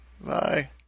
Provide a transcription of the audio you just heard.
Bye